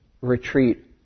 Retreat